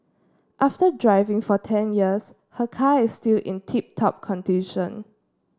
after driving for ten years her car is still in tip top condition